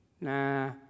Nah